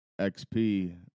xp